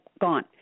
gone